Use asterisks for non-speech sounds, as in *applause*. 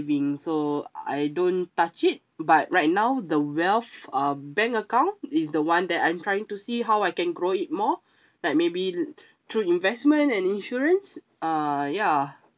so I don't touch it but right now the wealth uh bank account is the one that I'm trying to see how I can grow it more *breath* like maybe through investment and insurance uh ya